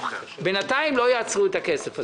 בינתיים לא יעצרו את הכסף הזה.